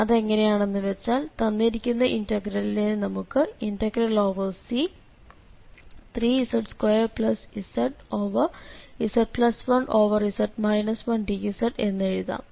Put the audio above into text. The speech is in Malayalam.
അത് എങ്ങനെയാണെന്ന് വെച്ചാൽ തന്നിരിക്കുന്ന ഇന്റഗ്രലിനെ നമുക്ക് C 3z2zz1z 1dz എന്ന് എഴുതാം